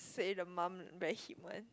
say the mum very hip one